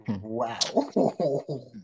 Wow